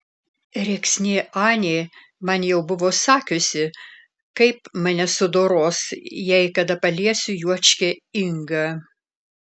rėksnė anė man jau buvo sakiusi kaip mane sudoros jei kada paliesiu juočkę ingą